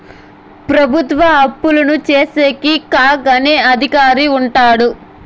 ప్రభుత్వ అప్పులు చూసేకి కాగ్ అనే అధికారి ఉంటాడు